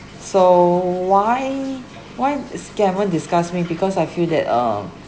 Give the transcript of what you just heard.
so why why scammer disgust me because I feel that um